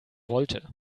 wollte